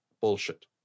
Bullshit